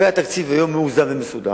והיום התקציב מאוזן ומסודר.